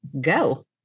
go